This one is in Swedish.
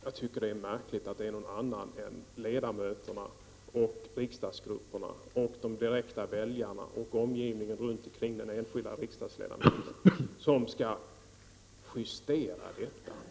Jag tycker att det är märkligt att det är någon annan än ledamöterna och riksdagsgrupperna och de direkta väljarna och omgivningen runt i kring den enskilda riksdagsledamoten som skall justera detta.